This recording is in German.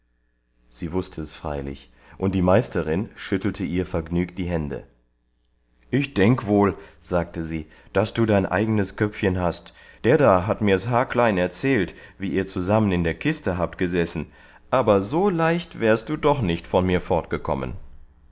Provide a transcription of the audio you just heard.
sie wußte es freilich und die meisterin schüttelte ihr vergnügt die hände ich denk wohl sagte sie daß du dein eignes köpfchen hast der da hat mir's haarklein erzählt wie ihr zusammen in der kiste habt gesessen aber so leicht wärst du doch nicht von mir